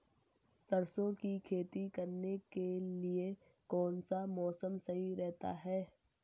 सरसों की खेती करने के लिए कौनसा मौसम सही रहता है?